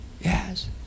yes